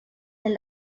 and